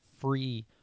free